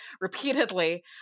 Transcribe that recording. repeatedly